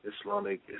Islamic